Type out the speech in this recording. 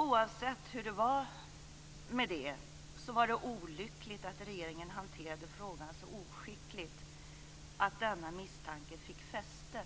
Oavsett hur det var med det, så var det olyckligt att regeringen hanterade frågan så oskickligt att denna misstanke fick fäste.